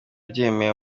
abyemeye